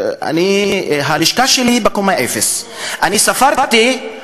הלשכה שלי בקומה 0. אני ספרתי,